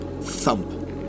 Thump